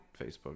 Facebook